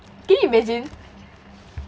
can you imagine